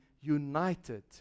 united